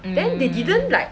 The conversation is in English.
mm mm